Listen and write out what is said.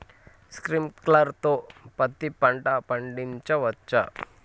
Sprinkler తో పత్తి పంట పండించవచ్చా?